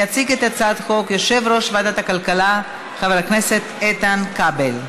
יציג את הצעת החוק יושב-ראש ועדת הכלכלה חבר הכנסת איתן כבל,